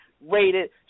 Rated